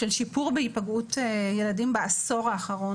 של שיפור בהיפגעות ילדים בעשור האחרון,